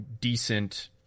decent